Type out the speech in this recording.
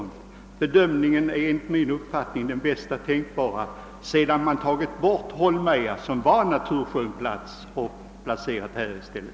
— Den lösning som valts är enligt min uppfattning den bästa tänkbara, sedan man undantagit Holmeja, som var en naturskön plats, och bestämt sig för Sturup i stället.